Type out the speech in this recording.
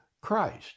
Christ